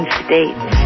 states